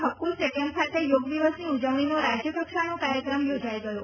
હક્ફ stadium ખાતે યોગ દિવસની ઉજવણીનો રાજ્ય કક્ષાનો કાર્યક્રમ યોજાઈ ગયો